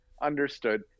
Understood